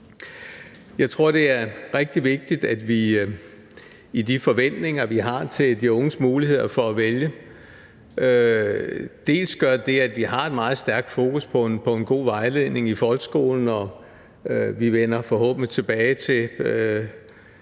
Jeg tror, det er rigtig vigtigt, at vi i de forventninger, vi har til de unges muligheder for at vælge, gør det, at vi har et meget stærk fokus på en god vejledning i folkeskolen, og vi vender vi forhåbentlig tilbage til